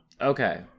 okay